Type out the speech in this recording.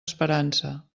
esperança